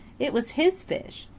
it was his fish.